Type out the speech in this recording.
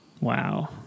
Wow